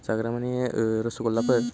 जाग्रा माने ओ रस'गल्ला फोर